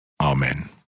Amen